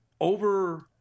over